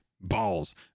balls